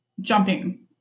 jumping